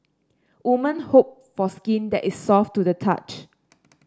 woman hope for skin that is soft to the touch